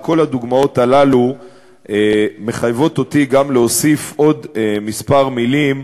כל הדוגמאות הללו מחייבות אותי גם להוסיף עוד כמה מילים,